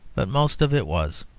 but most of it was.